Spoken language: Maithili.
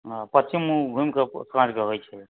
हॅं पश्चिम मुहॅं घुमिकऽ साँझके होइच स्याह नऽ